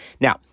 Now